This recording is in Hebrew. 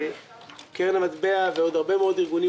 שקרן המטבע ועוד הרבה מאוד ארגונים